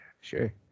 sure